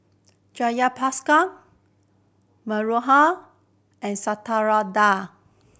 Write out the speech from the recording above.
Jayaprakash Manohar and Satyendra